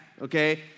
okay